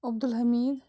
Abdul Hamid